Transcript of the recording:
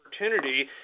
opportunity